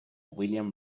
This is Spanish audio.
william